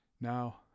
now